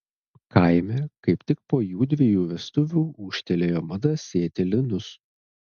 kaime kaip tik po jųdviejų vestuvių ūžtelėjo mada sėti linus